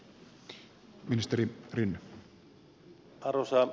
arvoisa puhemies